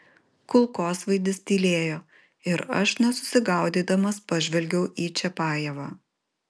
kulkosvaidis tylėjo ir aš nesusigaudydamas pažvelgiau į čiapajevą